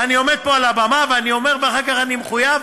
ואני עומד פה על הבמה ואומר ואחר כך אני מחויב,